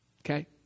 Okay